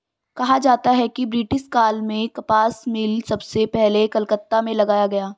कहा जाता है कि ब्रिटिश काल में कपास मिल सबसे पहले कलकत्ता में लगाया गया